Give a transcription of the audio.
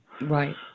right